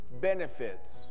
benefits